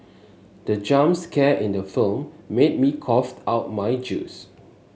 the jump scare in the film made me cough out my juice